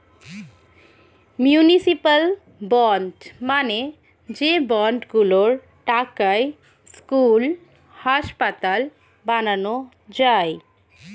municipal bond মানে যে bond গুলোর টাকায় স্কুল, হাসপাতাল বানানো যায়